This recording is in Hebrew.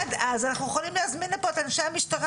עד אז אנחנו יכולים להזמין לפה את אנשי המשטרה,